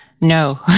No